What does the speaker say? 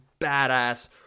badass